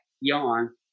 yawn